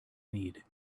need